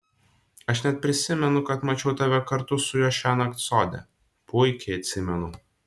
aš net prisimenu kad mačiau tave kartu su juo šiąnakt sode puikiai atsimenu